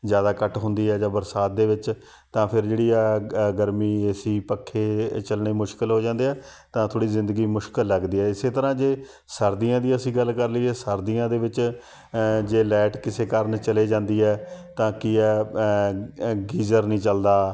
ਜ਼ਿਆਦਾ ਕੱਟ ਹੁੰਦੀ ਹੈ ਜਾਂ ਬਰਸਾਤ ਦੇ ਵਿੱਚ ਤਾਂ ਫਿਰ ਜਿਹੜੀ ਆ ਅ ਗਰਮੀ ਏ ਸੀ ਪੱਖੇ ਇਹ ਚੱਲਣੇ ਮੁਸ਼ਕਿਲ ਹੋ ਜਾਂਦੇ ਹੈ ਤਾਂ ਥੋੜ੍ਹੀ ਜ਼ਿੰਦਗੀ ਮੁਸ਼ਕਿਲ ਲੱਗਦੀ ਹੈ ਇਸ ਤਰ੍ਹਾਂ ਜੇ ਸਰਦੀਆਂ ਦੀ ਅਸੀਂ ਗੱਲ ਕਰ ਲਈਏ ਸਰਦੀਆਂ ਦੇ ਵਿੱਚ ਜੇ ਲਾਈਟ ਕਿਸੇ ਕਾਰਨ ਚਲੇ ਜਾਂਦੀ ਹੈ ਤਾਂ ਕੀ ਹੈ ਗੀਜ਼ਰ ਨਹੀਂ ਚੱਲਦਾ